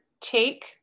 take